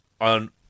on